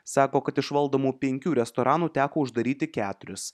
sako kad iš valdomų penkių restoranų teko uždaryti keturis